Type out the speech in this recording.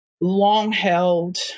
long-held